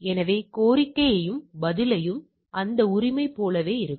எனவே கோரிக்கையும் பதிலும் அந்த உரிமையைப் போலவே இருக்கும்